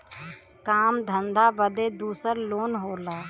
काम धंधा बदे दूसर लोन होला